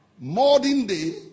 Modern-day